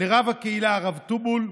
ואת רב הקהילה הרב טובל,